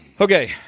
Okay